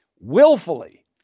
willfully